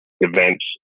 events